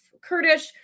Kurdish